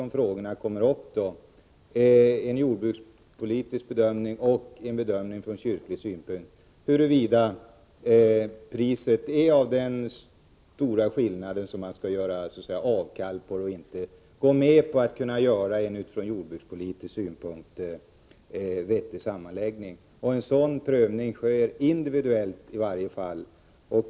Om frågorna kommer upp, får det bli en jordbrukspolitisk bedömning och en bedömning från kyrkans sida av huruvida det beträffande priset är en så stor skillnad att man inte kan göra avkall på sina krav och gå med på en från jordbrukspolitisk synpunkt vettig sammanläggning. En sådan prövning sker individuellt, i varje fall.